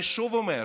אני שוב אומר,